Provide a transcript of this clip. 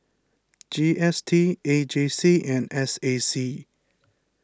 G S T A J C and S A C